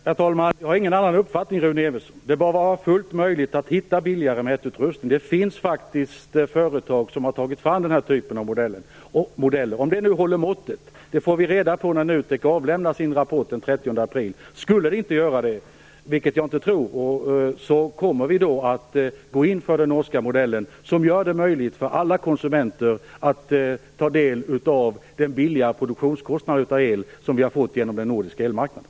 Herr talman! Jag har ingen annan uppfattning, Rune Evensson! Det bör vara fullt möjligt att hitta billigare mätutrustning. Det finns faktiskt företag som har tagit fram nämnda modell. Om det håller måttet får vi reda på när NUTEK den 30 april avlämnar sin rapport. Skulle det inte göra det, men så tror jag inte att det blir, kommer vi att gå in för den norska modellen. Den gör det möjligt för alla konsumenter att få del av den billigare producerade el som vi fått genom den nordiska elmarknaden.